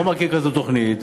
לא מכיר כזאת תוכנית,